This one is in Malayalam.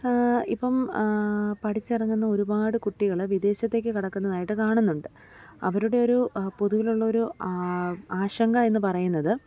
ഇപ്പം പഠിച്ചിറങ്ങുന്ന ഒരുപാട് കുട്ടികൾ വിദേശത്തേക്ക് കടക്കുന്നതായിട്ട് കാണുന്നുണ്ട് അവരുടെ ഒരു പൊതുവിലുള്ളൊരു ആശങ്ക എന്നു പറയുന്നത്